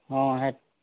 ହଁ